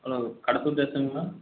hello Kadathur ஸ்டேசன்ங்களா